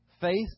Faith